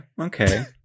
Okay